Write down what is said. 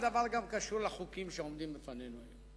הדבר קשור גם לחוקים שעומדים בפנינו היום.